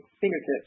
fingertips